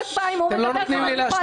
אם הוא מדבר, גם אני רוצה לדבר.